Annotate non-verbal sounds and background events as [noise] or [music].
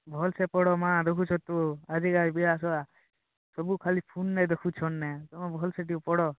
ଭଲ୍ସେ ପଢ଼ ମା' ଦେଖୁଛ ତ ଆଜିକାଲି ଯିଏ ଆସବା [unintelligible] ସବୁ ଖାଲି ଫୁନ୍ନେ ଦେଖୁଛନ୍ ନେ ତୁମେ ଭଲ୍ସେ ଟିକେ ପଢ଼